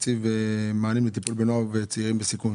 למענים לטיפול בנוער וצעירים בסיכון.